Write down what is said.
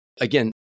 Again